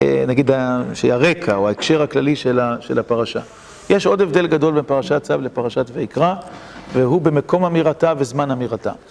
נגיד שהרקע או ההקשר הכללי של הפרשה יש עוד הבדל גדול בין פרשת צו לפרשת ויקרא והוא במקום אמירתה וזמן אמירתה